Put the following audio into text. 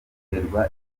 guterwa